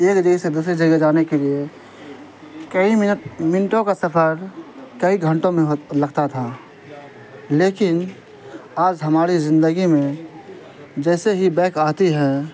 ایک جگہ سے دوسری جگہ جانے کے لیے کئی منٹ منٹوں کا سفر کئی گھنٹوں میں لگتا تھا لیکن آج ہماری زندگی میں جیسے ہی بائک آتی ہیں